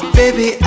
baby